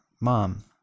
Mom